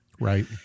Right